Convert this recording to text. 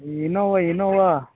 Innova Innova